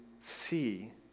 see